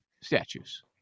statues